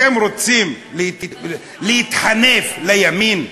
אתם רוצים להתחנף לימין?